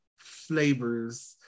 flavors